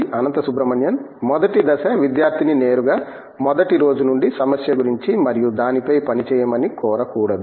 అనంత సుబ్రమణియన్ మొదటి దశ విద్యార్థిని నేరుగా మొదటి రోజు నుండి సమస్య గురించి మరియు దానిపై పనిచేయమని కోరకూడదు